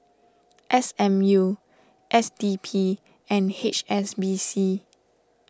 S M U S D P and H S B C